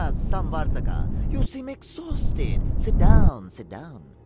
ah samvartaka. you seem exhausted! sit down! sit down!